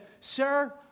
sir